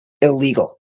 illegal